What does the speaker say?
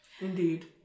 Indeed